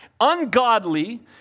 ungodly